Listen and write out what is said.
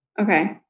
Okay